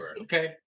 okay